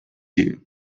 you